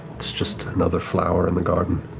it's just another flower in the garden.